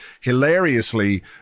hilariously